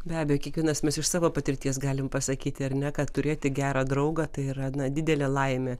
be abejo kiekvienas mes iš savo patirties galim pasakyti ar ne kad turėti gerą draugą tai yra didelė laimė